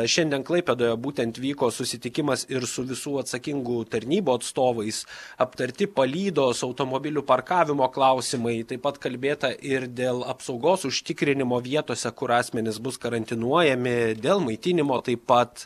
šiandien klaipėdoje būtent vyko susitikimas ir su visų atsakingų tarnybų atstovais aptarti palydos automobilių parkavimo klausimai taip pat kalbėta ir dėl apsaugos užtikrinimo vietose kur asmenys bus karantinuojami dėl maitinimo taip pat